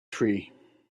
tree